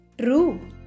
True